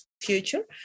future